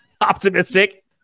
optimistic